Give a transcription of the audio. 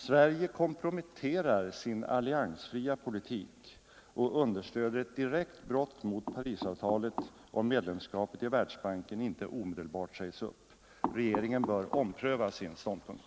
Sverige komprometterar sin alliansfria politik och understöder ett direkt brott mot Parisavtalet om medlemskapet i Världsbanken inte omedelbart sägs upp. Regeringen bör ompröva sin ståndpunkt.